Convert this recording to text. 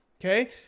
Okay